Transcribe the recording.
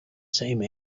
same